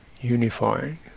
unifying